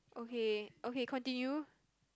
okay okay continue